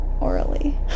orally